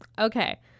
okay